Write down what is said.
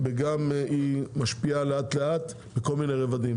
וגם משפיעה לאט-לאט בכל מיני רבדים,